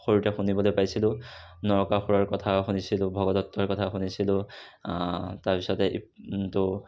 সৰুতে শুনিবলৈ পাইছিলোঁ নৰকাসুৰৰ কথা শুনিছিলোঁ ভগদত্তৰ কথা শুনিছিলোঁ তাৰ পিছতে ত'